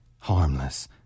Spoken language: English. harmless